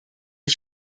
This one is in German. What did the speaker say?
ich